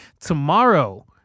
tomorrow